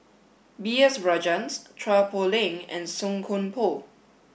B S Rajhans Chua Poh Leng and Song Koon Poh